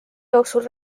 jooksul